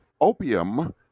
Opium